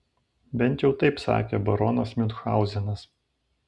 bent jau taip sakė baronas miunchauzenas